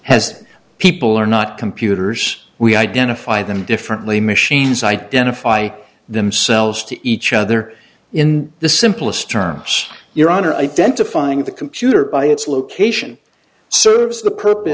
as people are not computers we identify them differently machines identify themselves to each other in the simplest terms your honor identifying the computer by its location serves the purpose